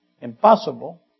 impossible